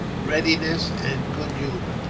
readiness, and good humour.